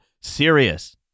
serious